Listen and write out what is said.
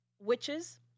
witches